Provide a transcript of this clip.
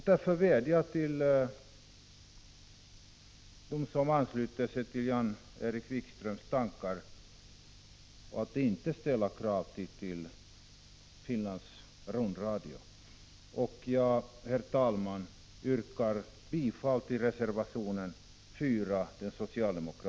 Därför vädjar jag till dem som ansluter sig till Jan-Erik Wikströms tankar att inte ställa krav på Finlands rundradio. Herr talman! Jag yrkar bifall till den socialdemokratiska reservationen 4.